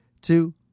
two